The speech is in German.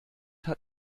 hat